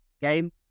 game